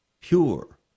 pure